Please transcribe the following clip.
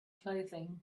clothing